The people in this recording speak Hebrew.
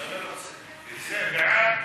בעד?